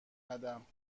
ندم